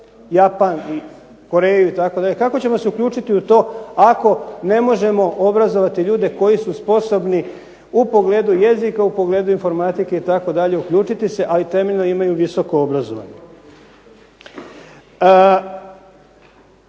Japan, Koreja itd. Kako ćemo se uključiti u to ako ne možemo obrazovati ljude koji su sposobni u pogledu jezika, u pogledu informatike itd., uključiti se, a i temeljno imaju visoko obrazovanje.